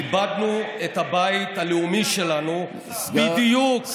איבדנו את הבית הלאומי שלנו בדיוק,